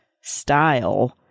style